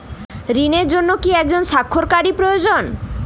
ঋণের জন্য কি একজন স্বাক্ষরকারী প্রয়োজন?